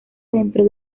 dentro